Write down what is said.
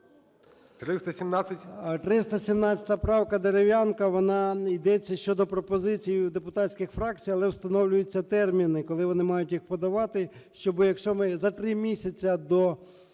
317 правка Дерев'янка. Вона… Йдеться щодо пропозиції депутатських фракцій, але встановлюються терміни, коли вони мають їх подавати, щоби, якщо ми за 3 місяці до